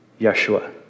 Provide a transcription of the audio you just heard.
Yeshua